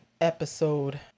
episode